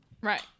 Right